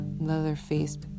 leather-faced